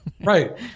Right